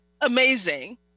amazing